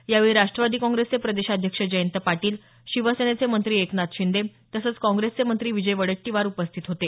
यावेळी राष्ट्रवादी काँग्रेसचे प्रदेशाध्यक्ष जयंत पाटील शिवसेनेचे मंत्री एकनाथ शिंदे तसंच काँग्रेसचे मंत्री विजय वडेट्टीवार उपस्थित होते